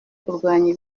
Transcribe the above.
kurwanya